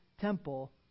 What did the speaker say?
temple